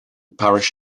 parish